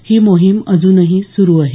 ही मोहीम अजूनही सुरू आहे